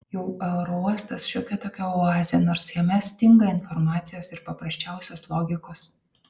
jau aerouostas šiokia tokia oazė nors jame stinga informacijos ir paprasčiausios logikos